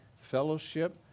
fellowship